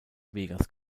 vegas